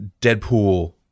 Deadpool